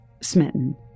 smitten